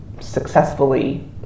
successfully